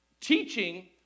teaching